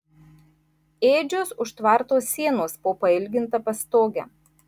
ėdžios už tvarto sienos po pailginta pastoge